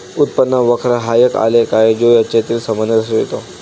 उत्पन्न वक्र हा एक आलेख आहे जो यांच्यातील संबंध दर्शवितो